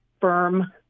firm